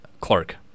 clark